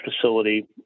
facility